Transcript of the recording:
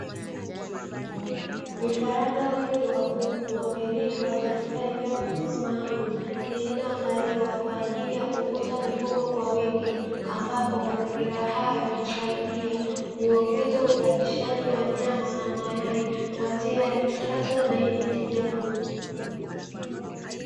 Vifaranga wengi wa kuku wamelindwa katika eneo kubwa maalumu lililoandaliwa kwa ajili ya kukuza mifugo kwa wingi ambapo mazingira hayo husaidia kuongeza uzalishaji wa nyama na mayai kwanzia ya kisasa na yenye tija kubwa.